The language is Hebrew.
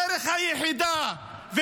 הדרך היחידה,